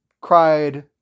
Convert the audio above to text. cried